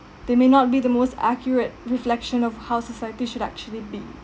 they may not be the most accurate reflection of how society should actually be